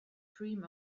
dream